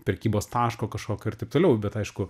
prekybos taško kažkokio ir taip toliau bet aišku